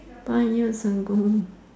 five years ago